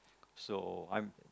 so I'm